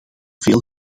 veel